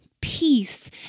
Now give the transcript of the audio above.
peace